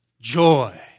joy